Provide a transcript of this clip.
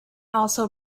also